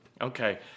okay